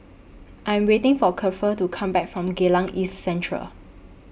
I'm waiting For Kiefer to Come Back from Geylang East Central